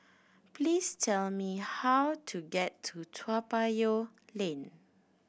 please tell me how to get to Toa Payoh Lane